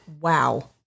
Wow